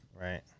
right